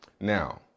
Now